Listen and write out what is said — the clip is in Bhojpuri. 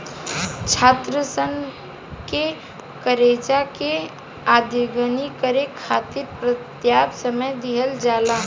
छात्रसन के करजा के अदायगी करे खाति परयाप्त समय दिहल जाला